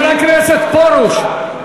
חבר הכנסת פרוש.